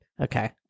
okay